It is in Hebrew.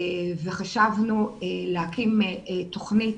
וחשבנו להקים תוכנית,